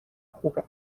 خوبه